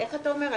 איפה אתה אומר?